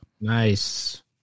Nice